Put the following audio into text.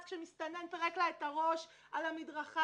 אחרי שמסתנן פירק לה את הראש על המדרכה,